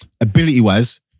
ability-wise